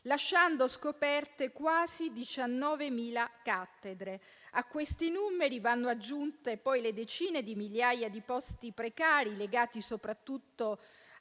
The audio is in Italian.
lasciando scoperte quasi 19.000 cattedre. A questi numeri vanno poi aggiunte le decine di migliaia di posti precari, legati soprattutto